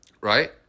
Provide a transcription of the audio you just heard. Right